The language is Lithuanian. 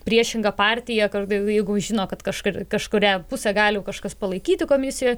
priešinga partija kartai jeigu žino kad kažkur kažkurią pusę gali kažkas palaikyti komisijoj